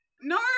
no